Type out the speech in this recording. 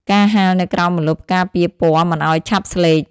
ការហាលនៅក្រោមម្លប់ការពារពណ៌មិនឱ្យឆាប់ស្លេក។